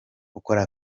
ukora